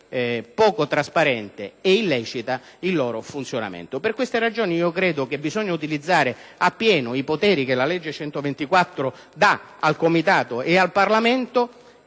poco trasparente e illecita il loro funzionamento. Per queste ragioni, credo che si debbano utilizzare appieno i poteri che la legge n. 124 assegna al Comitato e al Parlamento,